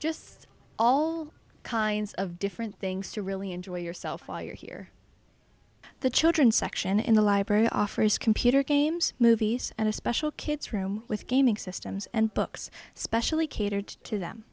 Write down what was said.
just all kinds of different things to really enjoy yourself while you're here the children section in the library offers computer games movies and a special kids room with gaming systems and books especially catered to them